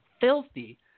filthy